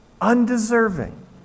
undeserving